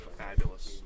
fabulous